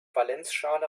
valenzschale